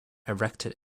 erected